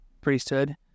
priesthood